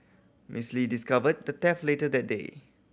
Miss Lee discovered the theft later that day